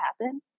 happen